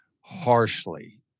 harshly